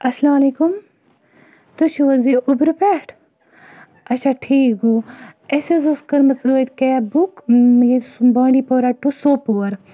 اسلامُ علیکُم تُہۍ چھِو حظ یہِ اُبرٕ پیٹھ اچھا ٹھیکھ گوٚو اَسہِ حظ ٲسۍ کٔرمٕژ ٲدۍ کیب بُک بانٛڈی پورہ ٹہُ سوپور